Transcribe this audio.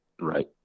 Right